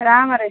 ରାମ୍ରେ